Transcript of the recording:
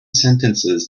sentences